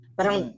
Parang